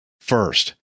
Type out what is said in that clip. first